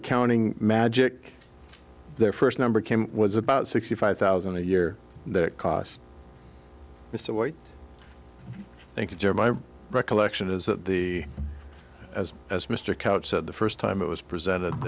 accounting magic their first number came was about sixty five thousand a year that cost mr white thank you joe my recollection is that the as as mr couch said the first time it was presented